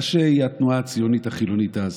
ראשי התנועה הציונית החילונית אז,